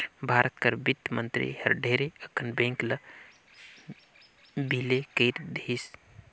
भारत कर बित्त मंतरी हर ढेरे अकन बेंक ल बिले कइर देहिस